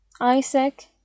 Isaac